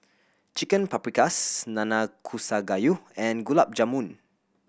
Chicken Paprikas Nanakusa Gayu and Gulab Jamun